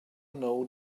know